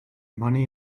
money